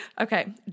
Okay